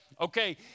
Okay